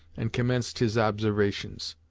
and commenced his observations.